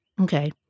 Okay